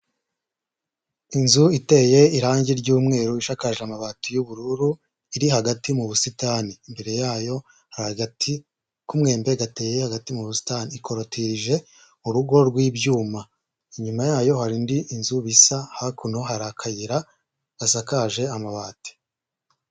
Inzu iteye irange ry'umweru ishakaje amabati y'ubururu iri hagati mu busitani, imbere yayo hari agati k'umwembe gateye hagati mu busitani, ikorotirije urugo rw'ibyuma, inyuma yayo hari indi inzu bisa hakuno hari akayira gasakaje amabati.